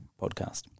podcast